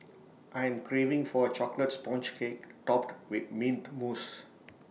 I am craving for A Chocolate Sponge Cake Topped with Mint Mousse